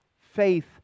faith